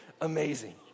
Amazing